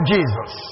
Jesus